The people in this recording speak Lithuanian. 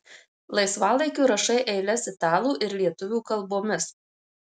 laisvalaikiu rašai eiles italų ir lietuvių kalbomis